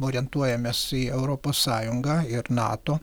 orientuojamės į europos sąjungą ir nato